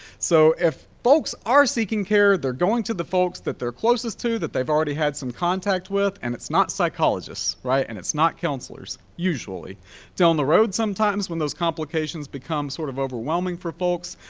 so if folks are seeking care, they're going to the folks that they're closest to, that they've already had some contact with, and it's not psychologists, right? and it's not counselors usually down the road. sometimes when those complications become sort of overwhelming for folks,